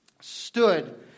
stood